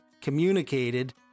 communicated